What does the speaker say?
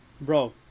bro